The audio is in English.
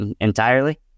entirely